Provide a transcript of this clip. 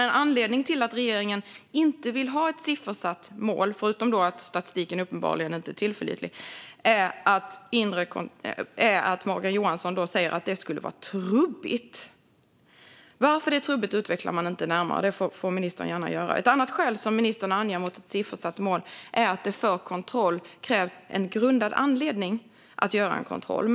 En anledning till att regeringen inte vill ha ett siffersatt mål är, förutom att statistiken uppenbarligen inte är tillförlitlig, enligt Morgan Johansson att ett sådant mål skulle vara trubbigt. Varför det är trubbigt utvecklas inte närmare. Det får ministern gärna göra. Ett annat skäl mot ett siffersatt mål som ministern anger är att det krävs grundad anledning för att göra en kontroll.